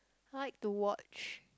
I like to watch